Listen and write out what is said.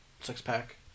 six-pack